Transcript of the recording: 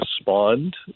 respond